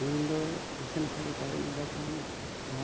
ᱢᱟᱲᱟᱝ ᱫᱚ ᱱᱟᱥᱮ ᱱᱟᱥᱮ ᱦᱟᱹᱵᱤᱡ ᱯᱟᱭᱨᱟᱜ ᱤᱧ ᱵᱟᱲᱟᱭ ᱛᱟᱦᱮᱱ ᱟᱨ